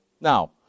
Now